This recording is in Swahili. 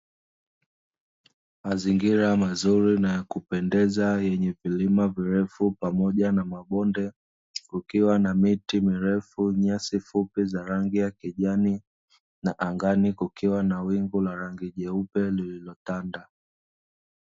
Mazingira mazuri na ya kupendeza; yenye vilima virefu pamoja na mabonde, kukiwa na miti mirefu, nyasi fupi za rangi ya kijani na angani kukiwa na wingu la rangi nyeupe lililotanda.